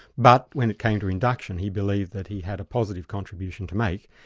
but when it came to induction, he believed that he had a positive contribution to make,